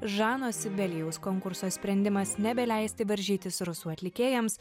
žano sibelijaus konkurso sprendimas nebeleisti varžytis rusų atlikėjams